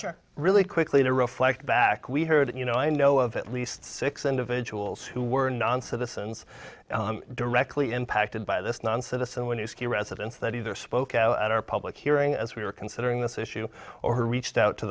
takes really quickly to reflect back we heard you know i know of at least six individuals who were non citizens directly impacted by this non citizen when you see residents that either spoke out at our public hearing as we were considering this issue or reached out to